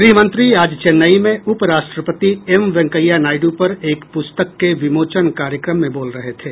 ग्रहमंत्री आज चेन्नई में उपराष्ट्रपति एम वेंकैया नायडू पर एक पुस्तक के विमोचन कार्यक्रम में बोल रहे थे